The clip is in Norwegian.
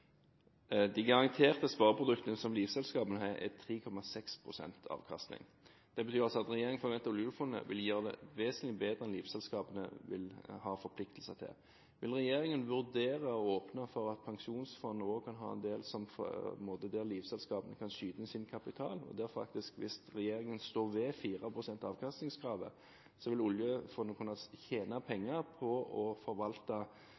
De garanterte spareproduktene som livselskapene har, har 3,6 pst. avkastning. Det betyr altså at regjeringen forventer at oljefondet vil gjøre det vesentlig bedre enn det livselskapene vil ha forpliktelser til. Vil regjeringen vurdere å åpne for at pensjonsfondet også kan ha en del der livselskapene kan skyte inn sin kapital og der faktisk – hvis regjeringen står ved kravet om 4 pst. avkastning – oljefondet vil kunne tjene penger på å forvalte